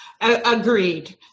Agreed